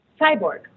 cyborg